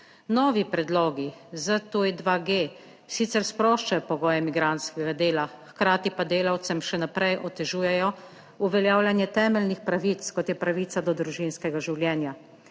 Novi predlogi ZTuj-2G sicer sproščajo pogoje migrantskega dela, hkrati pa delavcem še naprej otežujejo uveljavljanje temeljnih pravic, kot je pravica do družinskega življenja.